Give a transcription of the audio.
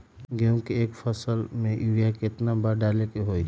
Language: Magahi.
गेंहू के एक फसल में यूरिया केतना बार डाले के होई?